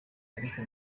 ariko